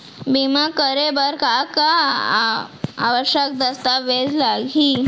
बीमा करे बर का का आवश्यक दस्तावेज लागही